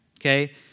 okay